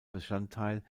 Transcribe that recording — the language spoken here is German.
teil